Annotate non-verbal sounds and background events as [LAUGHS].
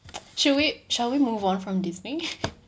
should we shall we move on from Disney [LAUGHS]